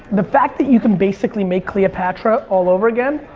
the fact that you could basically make cleopatra all over again